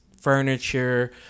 furniture